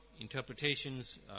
interpretations